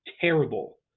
terrible